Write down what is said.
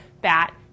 bat